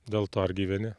dėl to ir gyveni